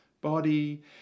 body